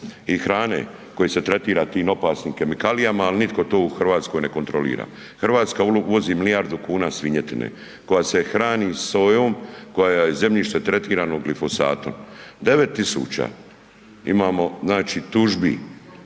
Hrvatska uvozi milijardu kuna svinjetine koja se hrani sojom koje je zemljište tretirano glifosatom. 9.000 imamo znači